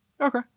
Okay